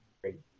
great